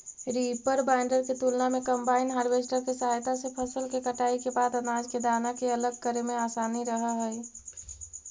reaper binder के तुलना में कम्बाइन हार्वेस्टर के सहायता से फसल के कटाई के बाद अनाज के दाना के अलग करे में असानी रहऽ हई